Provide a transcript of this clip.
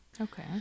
Okay